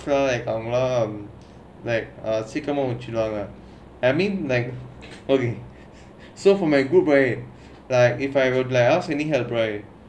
right ஆமா:aamaa like சீக்கிரமா முடிச்சிருவாங்க:seekiramaa mudichchiruvaangga I mean like okay so from a good way like if I would like ask any help right